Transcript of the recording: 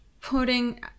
putting